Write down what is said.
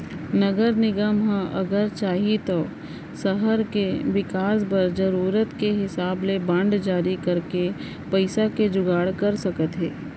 नगर निगम ह अगर चाही तौ सहर के बिकास बर जरूरत के हिसाब ले बांड जारी करके पइसा के जुगाड़ कर सकत हे